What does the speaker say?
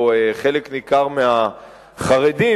או חלק ניכר מהחרדים,